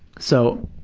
so,